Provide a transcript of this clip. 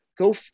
go